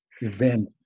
event